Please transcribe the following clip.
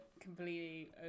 completely